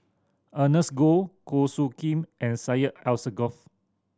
Ernest Goh Goh Soo Khim and Syed Alsagoff